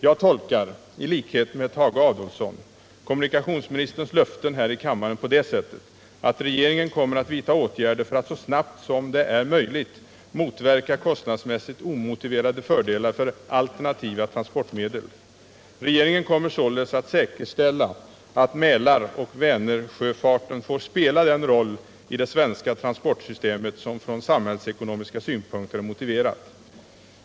Jag tolkar, i likhet med Tage Adolfsson, kommunikationsministerns löften här i kammaren på det sättet, att regeringen kommer att vidta Nytt system för de åtgärder för att så snabbt som det är möjligt motverka kostnadsmässigt = statliga sjöfartsavomotiverade fördelar för alternativa transportmedel. Regeringen kommer = gifterna således att säkerställa att Mälaroch Vänersjöfarten får spela den roll i det svenska transportsystemet, som från samhällsekonomiska synpunkter är motiverad.